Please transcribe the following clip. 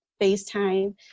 FaceTime